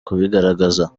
kubigaragaza